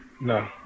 No